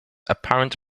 apparent